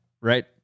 right